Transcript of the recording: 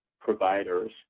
providers